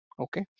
okay